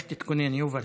יובל,